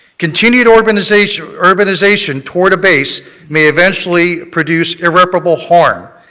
continued urbanization urbanization toward a base may eventually produce irreparable harm.